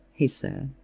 she said,